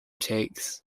takes